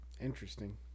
interesting